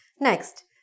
Next